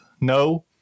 no